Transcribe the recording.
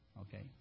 Okay